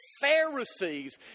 Pharisees